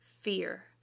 fear